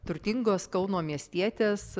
turtingos kauno miestietės